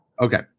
Okay